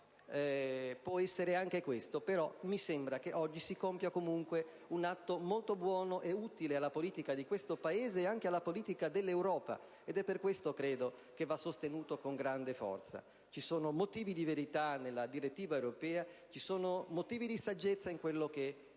Può essere anche questo, però mi sembra che oggi si compia comunque un atto molto buono e utile alla politica di questo Paese, e anche a quella dell'Europa. È per questo, credo, che va sostenuto con grande forza. Ci sono motivi di verità nella direttiva europea. Ci sono motivi di saggezza in quanto è